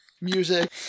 music